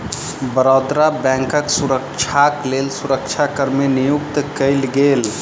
बड़ौदा बैंकक सुरक्षाक लेल सुरक्षा कर्मी नियुक्त कएल गेल